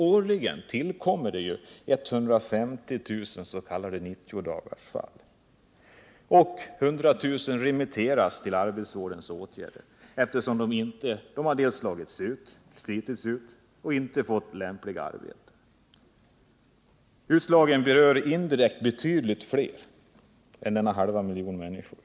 Årligen tillkommer 150 000 s.k. 90-dagarsfall, och 100 000 remitteras till arbetsvårdande åtgärder, eftersom de har slitits ut och inte fått lämpliga arbeten. Utslagningen berör indirekt betydligt fler än denna halva miljon människor.